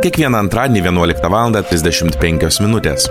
kiekvieną antradienį vienuoliktą valandą trisdešimt penkios minutės